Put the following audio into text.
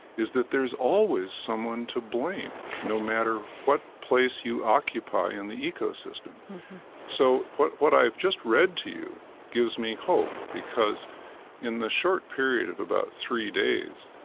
is that there's always someone to blame, no matter what place you occupy in the ecosystem so what what i've just read to you gives me hope, because in the short period of about three days,